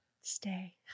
stay